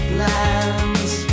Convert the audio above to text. lands